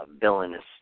villainous